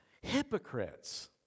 Hypocrites